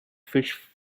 fish